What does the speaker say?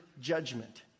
judgment